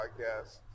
Podcast